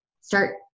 Start